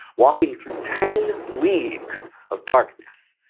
walking through ten leagues of darkness.